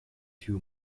two